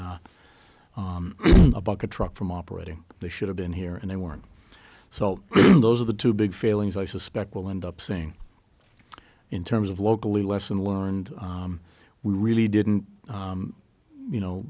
a bucket truck from operating they should have been here and they weren't so those are the two big failings i suspect will end up saying in terms of locally lesson learned we really didn't you know